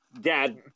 dad